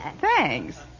Thanks